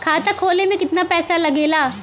खाता खोले में कितना पैसा लगेला?